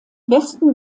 westen